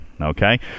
Okay